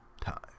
time